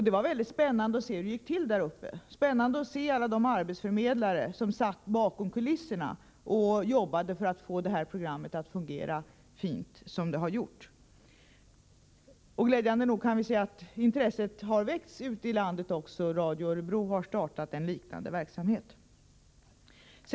Det var väldigt spännande att se hur det gick till uppe på Radio Stockholm, att se alla de arbetsförmedlare som satt och jobbade bakom kulisserna för att få programmet att fungera så fint som det har gjort. Glädjande nog kan vi se att intresset har väckts ute i landet. Radio Örebro har startat en liknande verksamhet.